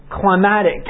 climatic